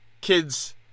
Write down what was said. Kids